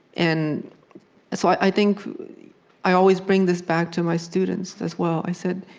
and so i think i always bring this back to my students, as well. i said,